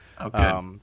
Okay